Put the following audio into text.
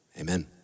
Amen